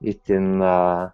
itin na